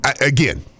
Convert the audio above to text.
again